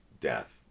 death